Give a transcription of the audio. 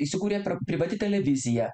įsikūrė privati televizija